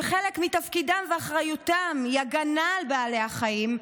שחלק מתפקידם ואחריותם היא הגנה על בעלי החיים,